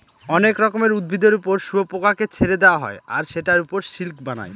অনেক রকমের উদ্ভিদের ওপর শুয়োপোকাকে ছেড়ে দেওয়া হয় আর সেটার ওপর সিল্ক বানায়